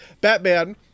Batman